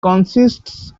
consists